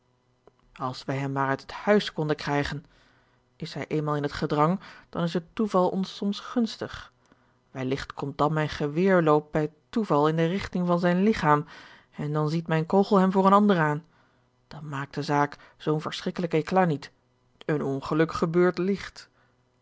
als wij hem maar uit het huis konden krijgen is hij eenmaal in het gedrang dan is het toeval ons soms gunstig welligt komt dan mijn geweerloop bij toeval in de rigting van zijn ligchaam en dan ziet mijn kogel hem voor een ander aan dan maakt de zaak zoo'n verschrikkelijk eclat niet een ongeluk gebeurt ligt